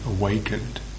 awakened